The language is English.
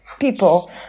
people